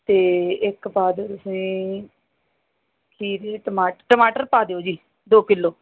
ਅਤੇ ਇੱਕ ਪਾ ਦਿਓ ਤੁਸੀਂ ਖੀਰੇ ਟਮਾਟ ਟਮਾਟਰ ਪਾ ਦਿਓ ਜੀ ਦੋ ਕਿਲੋ